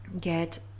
get